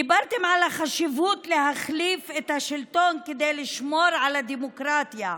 דיברתם על החשיבות להחליף את השלטון כדי לשמור על הדמוקרטיה.